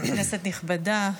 כנסת נכבדה,